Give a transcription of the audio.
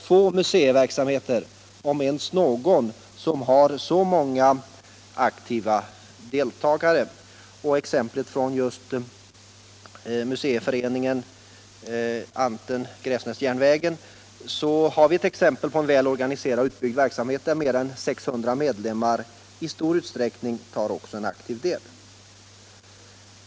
Få museiverksamheter, om ens någon, har så många engagerade deltagare. Anten-Gräfsnäs-järnvägen har exempelvis en väl organiserad och utbyggd verksamhet, där de mer än 600 medlemmarna i stor utsträckning också tar en aktiv del.